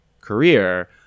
career